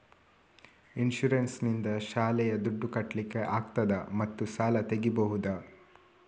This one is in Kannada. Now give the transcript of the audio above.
ಇನ್ಸೂರೆನ್ಸ್ ನಿಂದ ಶಾಲೆಯ ದುಡ್ದು ಕಟ್ಲಿಕ್ಕೆ ಆಗ್ತದಾ ಮತ್ತು ಸಾಲ ತೆಗಿಬಹುದಾ?